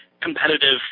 competitive